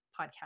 podcast